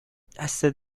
دستت